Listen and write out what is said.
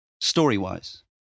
Story-wise